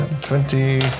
twenty